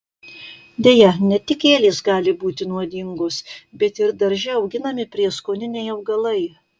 deja ne tik gėlės gali būti nuodingos bet ir darže auginami prieskoniniai augalai